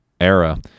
era